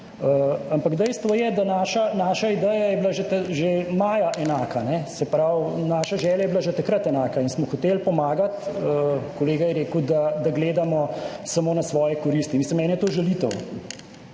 Ampak dejstvo je, da je bila naša ideja že maja enaka, se pravi naša želja je bila že takrat enaka in smo hoteli pomagati. Kolega je rekel, da gledamo samo na svoje koristi. Mislim, meni je to žalitev.